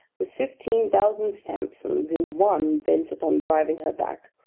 with fifteen thousand samsons in one bent upon driving her back,